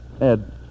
Ed